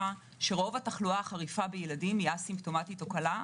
שרוב התחלואה החריפה בילדים היא א-סימפטומטית או קלה.